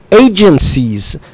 agencies